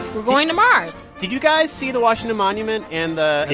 going to mars did you guys see the washington monument and the.